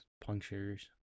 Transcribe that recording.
punctures